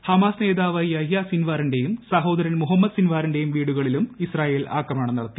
Hamas നേതാവ് Yahya സിൻവാറിന്റെയും സഹോദരൻ മുഹമ്മദ് സിൻവാറിന്റെയും വീടുകളിലും ഇസ്രയേൽ ആക്രമണം നടത്തി